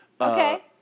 Okay